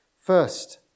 First